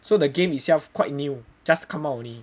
so the game itself quite new just come out only